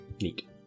Neat